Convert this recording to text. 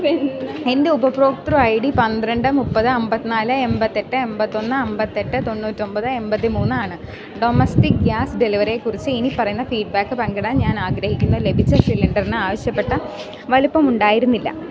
എൻറ്റെ ഉപഭോക്തൃ I D പന്ത്രണ്ട് മുപ്പത് അമ്പത്തിനാല് എമ്പത്തെട്ട് എമ്പത്തൊന്ന് അമ്പത്തെട്ട് തൊണ്ണൂറ്റൊമ്പത് എമ്പത്തിമൂന്ന് ആണ് ഡൊമസ്റ്റിക് ഗ്യാസ് ഡെലിവറിയേക്കുറിച്ച് ഇനിപ്പറയുന്ന ഫീഡ്ബാക്ക് പങ്കിടാൻ ഞാൻ ആഗ്രഹിക്കുന്നു ലഭിച്ച സിലണ്ടർന് ആവശ്യപ്പെട്ട വലിപ്പമുണ്ടായിരുന്നില്ല